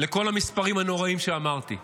לכל המספרים הנוראים שאמרתי: